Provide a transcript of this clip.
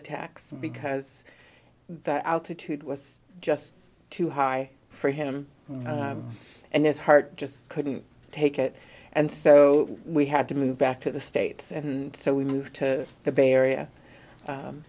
attacks because that altitude was just too high for him and his heart just couldn't take it and so we had to move back to the states and so we moved to the bay